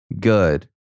good